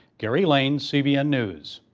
gary lane, cbn news.